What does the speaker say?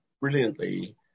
brilliantly